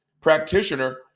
practitioner